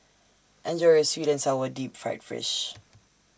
Enjoy your Sweet and Sour Deep Fried Fish